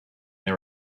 they